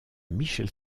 michel